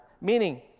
Meaning